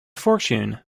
fortune